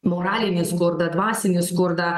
moralinį skurdą dvasinį skurdą